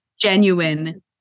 genuine